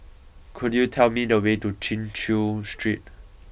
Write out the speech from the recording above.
could you tell me the way to Chin Chew Street